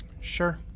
Sure